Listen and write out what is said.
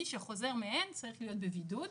מי שחוזר מהן צריך להיות בבידוד.